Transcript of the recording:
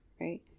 right